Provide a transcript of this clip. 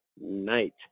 night